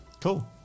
Cool